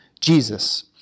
Jesus